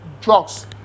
drugs